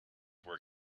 were